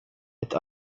ett